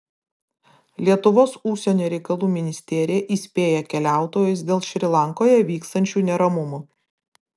lietuvos užsienio reikalų ministerija įspėja keliautojus dėl šri lankoje vykstančių neramumų